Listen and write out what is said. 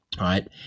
right